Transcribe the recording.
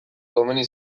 komeni